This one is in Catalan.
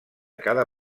cada